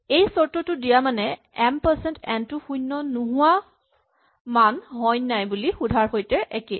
এই চৰ্তটো দিয়া মানে এম পাৰচেন্ট এন টো শূণ্য নোহোৱা মান হয় নাই বুলি সুধাৰ সৈতে একেই